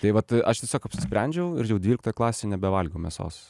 tai vat aš tiesiog apsisprendžiau ir jau dvyliktoj klasėj nebevalgiau mėsos